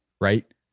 Right